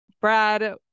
Brad